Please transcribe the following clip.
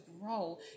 grow